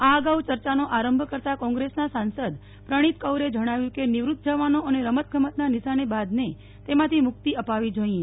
આ અગાઉ યર્યાનો આરંભ કરતાં કોંગ્રેસના સાંસદ પ્રણીત કૌરે જણાવ્યું કે નિવૃત્ત જવાનો અને રમતગમતના નિશાનેબાજને તેમાંથી મુક્તિ અપાવી જોઇએ